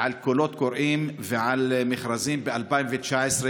ועל קולות קוראים ועל מכרזים ב-2019,